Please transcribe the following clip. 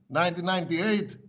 1998